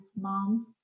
moms